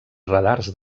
radars